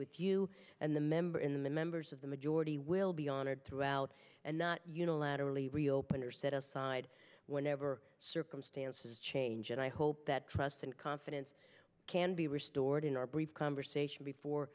with you and the member in the members of the majority will be honored throughout and not unilaterally reopen or set aside whenever circumstances change and i hope that trust and confidence can be restored in our brief conversation before